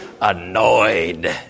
annoyed